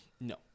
No